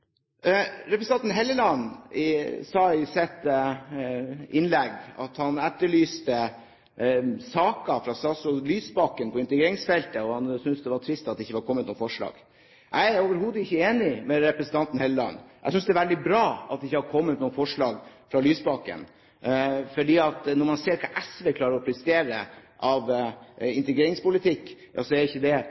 Representanten Helleland sa i sitt innlegg at han etterlyste saker fra statsråd Lysbakken på integreringsfeltet, og han syntes det var trist at det ikke var kommet noen forslag. Jeg er overhodet ikke enig med representanten Helleland. Jeg synes det er veldig bra at det ikke har kommet noen forslag fra Lysbakken, for når man ser hva SV klarer å prestere av integreringspolitikk, er ikke det noe eksempel til etterfølgelse. Så jeg håper at det